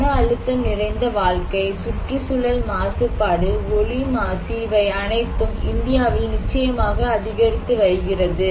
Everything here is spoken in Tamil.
மன அழுத்தம் நிறைந்த வாழ்க்கை சுற்றுச்சூழல் மாசுபாடு ஒலி மாசு இவை அனைத்தும் இந்தியாவில் நிச்சயமாக அதிகரித்து வருகிறது